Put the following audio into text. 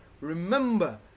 remember